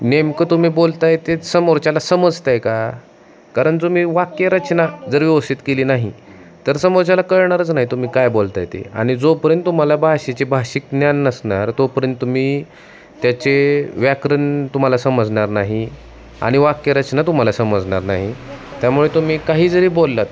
नेमकं तुम्ही बोलत आहेत ते समोरच्याला समजत आहे का कारण तुम्ही वाक्यरचना जर व्यवसित केली नाही तर समोरच्याला कळणारच नाही तुम्ही काय बोलत आहे ते आणि जोपर्यंत तुम्हाला भाषेचे भाषिक ज्ञान नसणार तोपर्यंत तुम्ही त्याचे व्याकरण तुम्हाला समजणार नाही आणि वाक्यरचना तुम्हाला समजणार नाही त्यामुळे तुम्ही काही जरी बोललात